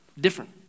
different